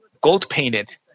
gold-painted